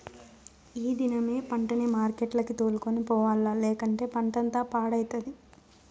ఈ దినమే పంటని మార్కెట్లకి తోలుకొని పోవాల్ల, లేకంటే పంటంతా పాడైతది